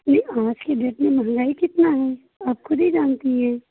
जी आज की डेट में महंगाई कितना है आप खुद ही जानती है